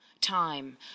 Time